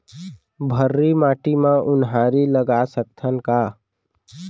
भर्री माटी म उनहारी लगा सकथन का?